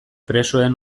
presoen